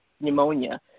pneumonia